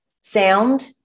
sound